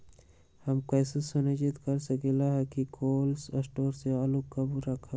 हम कैसे सुनिश्चित कर सकली ह कि कोल शटोर से आलू कब रखब?